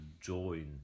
join